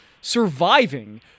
surviving